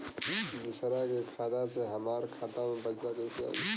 दूसरा के खाता से हमरा खाता में पैसा कैसे आई?